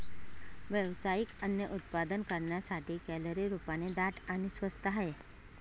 व्यावसायिक अन्न उत्पादन करण्यासाठी, कॅलरी रूपाने दाट आणि स्वस्त आहे